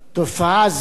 תופעה זו,